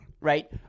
right